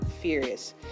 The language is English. furious